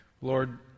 Lord